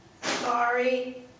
Sorry